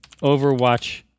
Overwatch